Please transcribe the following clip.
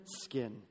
skin